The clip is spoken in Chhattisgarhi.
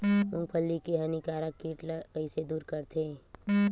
मूंगफली के हानिकारक कीट ला कइसे दूर करथे?